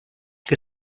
que